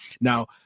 Now